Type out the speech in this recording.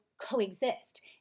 coexist